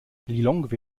lilongwe